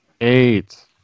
eight